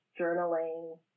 journaling